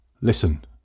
listen